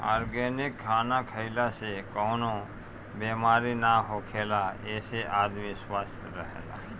organic खाना खइला से कवनो बेमारी ना होखेला एसे आदमी स्वस्थ्य रहेला